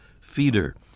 feeder